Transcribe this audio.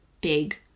big